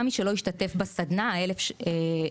גם מי שלא השתתף בסדנה מתקבלים.